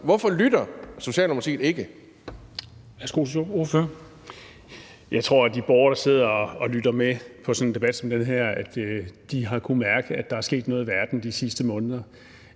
værsgo. Kl. 10:30 Thomas Jensen (S): Jeg tror, at de borgere, der sidder og lytter med på en debat som den her, har kunnet mærke, at der er sket noget i verden de sidste måneder.